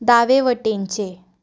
दावे वटेनचे